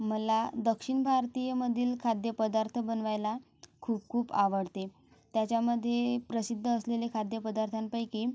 मला दक्षिण भारतीयमधील खाद्यपदार्थ बनवायला खूप खूप आवडते त्याच्यामध्ये प्रसिद्ध असलेले खाद्यपदार्थांपैकी